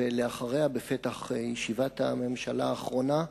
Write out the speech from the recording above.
ואחריה, בפתח ישיבת הממשלה האחרונה,